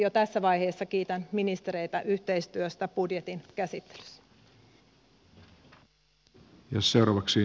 jo tässä vaiheessa kiitän ministereitä yhteistyöstä budjetin käsittelyssä